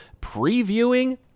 previewing